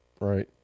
Right